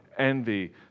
envy